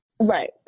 Right